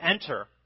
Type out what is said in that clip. enter